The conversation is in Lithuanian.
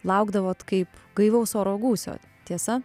laukdavot kaip gaivaus oro gūsio tiesa